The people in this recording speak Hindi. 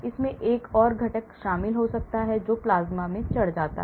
इसमें एक और घटक शामिल हो सकता है जो प्लाज्मा में चढ़ जाता है